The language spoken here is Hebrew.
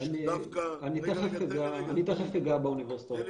שדווקא --- אני תיכף אגע באוניברסיטאות האחרות.